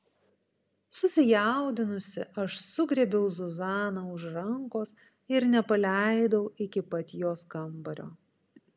susijaudinusi aš sugriebiau zuzaną už rankos ir nepaleidau iki pat jos kambario